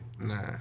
Nah